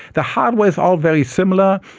the hardware is all very similar.